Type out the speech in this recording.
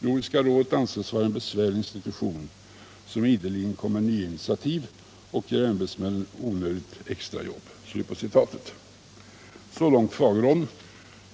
Nordiska rådet anses vara en besvärlig institution, som ideligen kommer med nya initiativ och ger ämbetsmännen "onödigt extrajobb.”